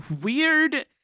weird